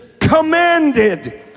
commanded